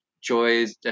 joys